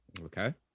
Okay